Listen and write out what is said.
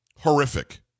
Horrific